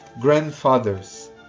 grandfathers